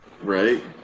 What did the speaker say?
Right